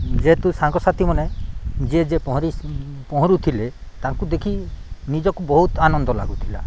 ଯେହେତୁ ସାଙ୍ଗସାଥିମାନେ ଯିଏ ଯିଏ ପହଁରୁଥିଲେ ତାଙ୍କୁ ଦେଖି ନିଜକୁ ବହୁତ ଆନନ୍ଦ ଲାଗୁଥିଲା